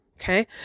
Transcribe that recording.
Okay